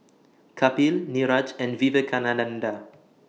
Kapil Niraj and Vivekananda